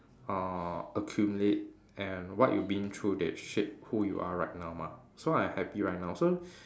uh accumulate and what you been through that shape who you are right now mah so I'm happy right now so